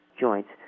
joints